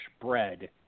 bread